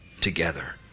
together